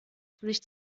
sich